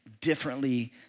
differently